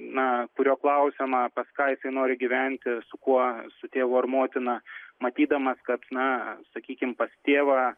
na kurio klausiama paskaitė nori gyventi su kuo su tėvu ar motina matydamas kad na sakykim pas tėvą